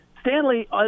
Stanley